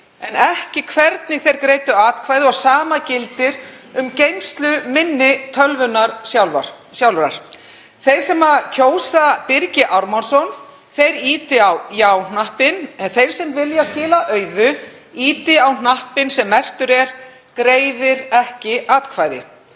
en ekki hvernig þeir greiddu atkvæði. Það sama gildir um geymsluminni tölvunnar sjálfrar. Þeir sem kjósa Birgi Ármannsson ýti á já-hnappinn, en þeir sem vilja skila auðu ýti á hnappinn sem merktur er: Greiðir ekki atkvæði.